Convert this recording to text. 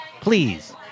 please